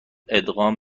ادغام